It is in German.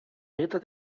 ritter